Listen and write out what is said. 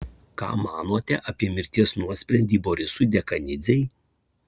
ką manote apie mirties nuosprendį borisui dekanidzei